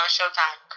Showtime